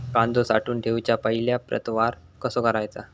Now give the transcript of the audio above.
कांदो साठवून ठेवुच्या पहिला प्रतवार कसो करायचा?